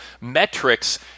metrics